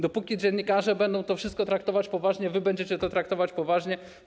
Dopóki dziennikarze będą to wszystko traktować poważnie, wy będziecie to traktować poważnie.